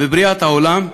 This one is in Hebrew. בבריאת העולם,